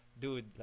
dude